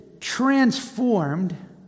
transformed